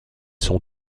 son